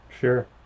Sure